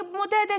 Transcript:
שהיא מודדת,